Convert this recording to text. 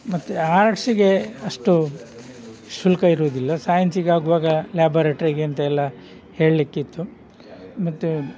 ಮತ್ತೆ ಆರ್ಟ್ಸ್ಗೆ ಅಷ್ಟು ಶುಲ್ಕ ಇರುವುದಿಲ್ಲ ಸೈನ್ಸ್ಗೆ ಆಗುವಾಗ ಲ್ಯಾಬೊರೆಟ್ರಿಗೆ ಅಂತೆಲ್ಲ ಹೇಳಲಿಕ್ಕಿತ್ತು ಮತ್ತೆ